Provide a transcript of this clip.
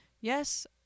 Yes